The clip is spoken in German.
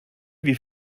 wie